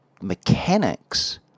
mechanics